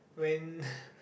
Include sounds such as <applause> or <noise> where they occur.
when <breath>